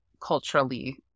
culturally